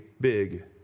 big